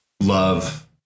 Love